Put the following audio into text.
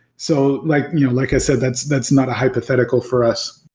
so like yeah like i said, that's that's not a hypothetical for us.